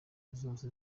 zose